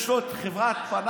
יש לו את חברת פנאקסיה.